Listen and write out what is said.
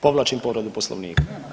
Povlačim povredu poslovnika.